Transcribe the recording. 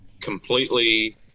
completely